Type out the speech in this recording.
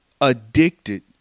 addicted